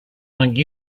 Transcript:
like